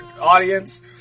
Audience